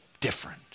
different